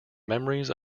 memories